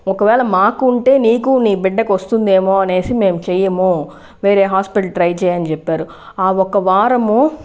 ఒకవేళ మాకు ఉంటే నీకు నీ బిడ్డకు వస్తుందేమో అనేసి మేము చేయము వేరే హాస్పిటల్ ట్రై చెయ్యి అని చెప్పారు ఆ ఒక వారము